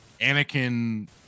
anakin